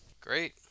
Great